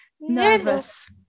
nervous